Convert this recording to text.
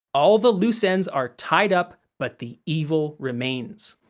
all the loose ends are tied up, but the evil remains.